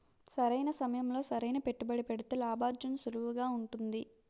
సరైన సమయంలో సరైన పెట్టుబడి పెడితే లాభార్జన సులువుగా ఉంటుంది